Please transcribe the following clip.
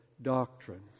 doctrine